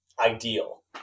ideal